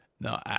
No